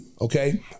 Okay